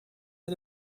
ele